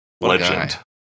Legend